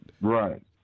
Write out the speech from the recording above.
right